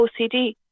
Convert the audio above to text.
OCD